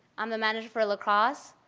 i'm the manager for lacrosse.